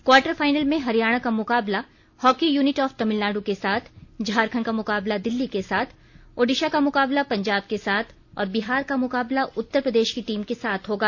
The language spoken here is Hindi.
क्वार्टर फाइनल में हरियाणा का मुकाबला हॉकी यूनिट ऑफ तमिलनाडु के साथ झारखंड का मुकाबला दिल्ली के साथ ओडिशा का मुकाबला पंजाब के साथ और बिहार का मुकाबला उत्तर प्रदेश की टीम के साथ होगा